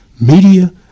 media